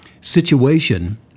situation